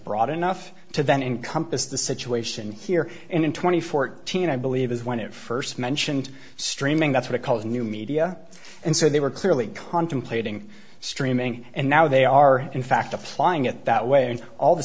broad enough to then encompass the situation here and in two thousand and fourteen i believe is when it first mentioned streaming that's what it calls new media and so they were clearly contemplating streaming and now they are in fact applying it that way and all the